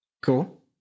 Cool